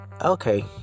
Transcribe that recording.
Okay